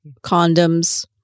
condoms